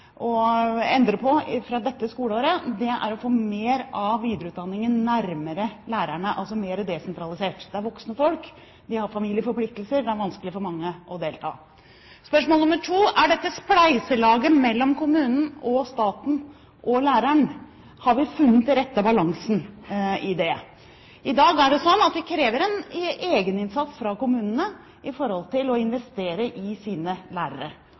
endre på fra dette skoleåret, er å få mer av videreutdanningen nærmere lærerne, altså mer desentralisert. Det er voksne folk. De har familieforpliktelser. Det er vanskelig for mange å delta. Spørsmål nr. 2: Har vi funnet den rette balansen i spleiselaget mellom kommunene og staten og lærerne? I dag er det sånn at vi krever en egeninnsats fra kommunene for å investere i sine lærere.